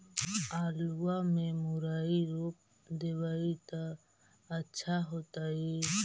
आलुआ में मुरई रोप देबई त अच्छा होतई?